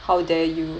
how dare you